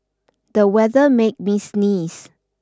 the weather make me sneeze